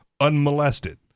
unmolested